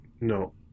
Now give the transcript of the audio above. No